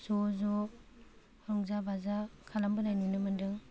ज' ज' रंजा बाजा खालामबोनाय नुनो मोनदों